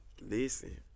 listen